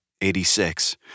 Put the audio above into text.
86